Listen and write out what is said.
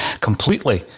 completely